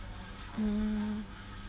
mm